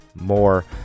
more